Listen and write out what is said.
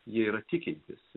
jie yra tikintys